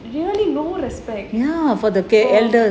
they really no respect for